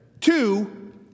Two